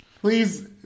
Please